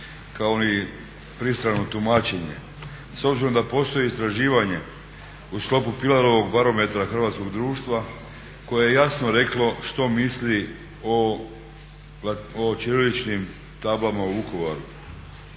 kao ni pristrano tumačenje. S obzirom da postoji istraživanje u sklopu Pilarovog barometra hrvatskog društva koje je jasno reklo što misli o ćiriličnim tablama u Vukovaru.